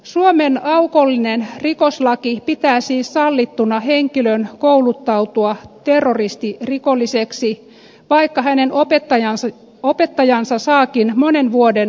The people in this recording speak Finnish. suomen aukollinen rikoslaki pitää siis sallittuna henkilön kouluttautua terroristirikolliseksi vaikka hänen opettajansa saakin monen vuoden vankeusrangaistuksen